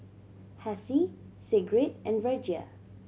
Hessie Sigrid and Virgia